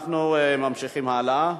אנחנו ממשיכים הלאה.